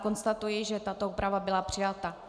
Konstatuji, že tato úprava byla přijata.